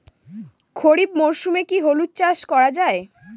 খরিফ মরশুমে কি হলুদ চাস করা য়ায়?